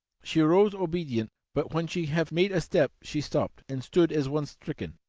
she rose obedient, but when she have made a step she stopped, and stood as one stricken.